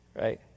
right